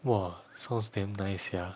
!wah! sounds damn nice sia